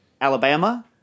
Alabama